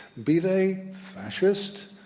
be they fascist,